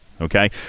Okay